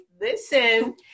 listen